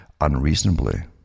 unreasonably